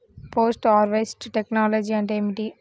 Post harvest technology అంటే ఏమిటి?